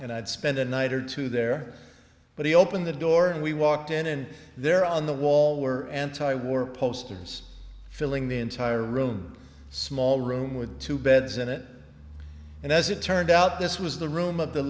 and i'd spend a night or two there but he opened the door and we walked in and there on the wall were anti war posters filling the entire room small room with two beds in it and as it turned out this was the room of the